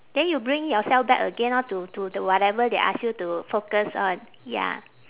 then you bring yourself back again orh to to the whatever they ask you to focus on ya